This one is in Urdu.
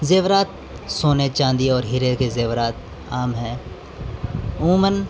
زیورات سونے چاندی اور ہیرے کے زیورات عام ہیں عموماً